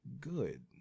good